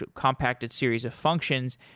um compacted series of functions,